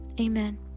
Amen